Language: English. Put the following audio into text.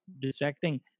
distracting